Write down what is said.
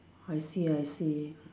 I see I see